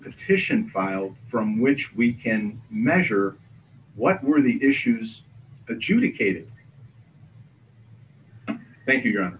petition filed from which we can measure what were the issues adjudicated thank you